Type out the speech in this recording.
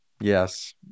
Yes